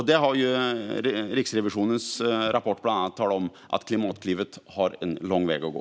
Riksrevisionens rapport har bland annat talat om att Klimatklivet har en lång väg att gå.